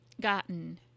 gotten